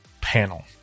panel